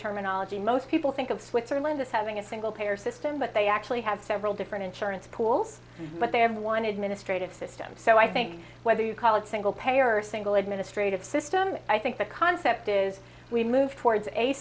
terminology most people think of switzerland as having a single payer system but they actually have several different insurance pools but they have one administrative system so i think whether you call it single payer or single administrative system i think the concept is we move towards a